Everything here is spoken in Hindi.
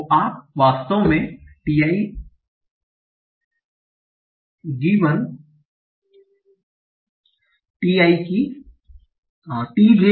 तो आप वास्तव में t j